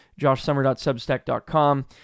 joshsummer.substack.com